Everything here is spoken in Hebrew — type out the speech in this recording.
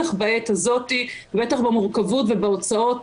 בטח בעת הזאת ובטח במורכבות ובהוצאות